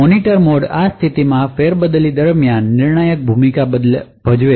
મોનિટરમોડઆ સ્થિતિમાં ફેરબદલ દરમિયાન નિર્ણાયક ભૂમિકા ભજવે છે